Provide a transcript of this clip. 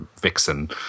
vixen